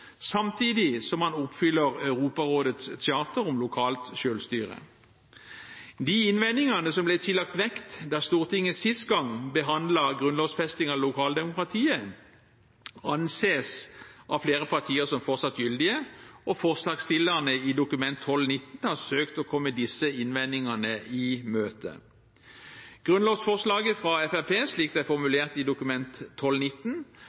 samtidig som man oppfyller Europarådets charter om lokalt selvstyre. De innvendingene som ble tillagt vekt da Stortinget sist gang behandlet grunnlovfesting av lokaldemokratiet, anses av flere partier som fortsatt gyldige, og forslagsstillerne i Dokument 12:19 for 2011–2012 har søkt å komme disse innvendingene i møte. Grunnlovsforslaget fra Fremskrittspartiet, slik det er